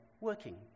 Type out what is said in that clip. working